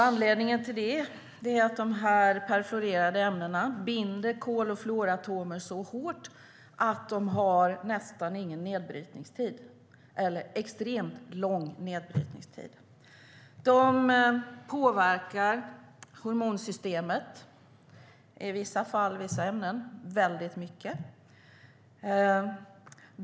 Anledningen till det är att dessa perfluorerade ämnen binder kol och fluoratomer så hårt att de har extremt lång nedbrytningstid eller inte bryts ned alls. De påverkar hormonsystemet - vissa ämnen i vissa fall väldigt mycket.